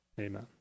Amen